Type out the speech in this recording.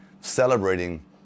celebrating